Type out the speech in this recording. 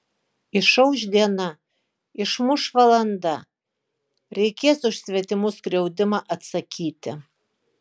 išauš diena išmuš valanda reikės už svetimų skriaudimą atsakyti